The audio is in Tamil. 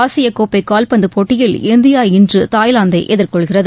ஆசியக் கோப்பை கால்பந்துப் போட்டியில் இந்தியா இன்று தாய்லாந்தை எதிர்கொள்கிறது